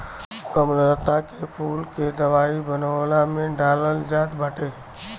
कमललता के फूल के दवाई बनवला में डालल जात बाटे